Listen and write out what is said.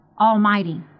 Almighty